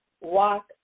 Walk